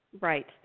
Right